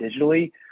digitally